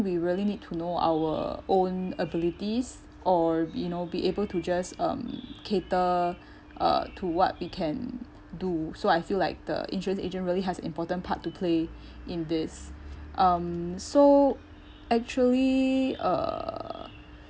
we really need to know our own abilities or be you know be able to just um cater uh to what we can do so I feel like the insurance agent really has important part to play in this um so actually err